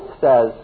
says